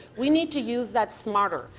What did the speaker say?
we need to use that smarter.